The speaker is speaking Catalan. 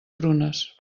prunes